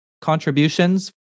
contributions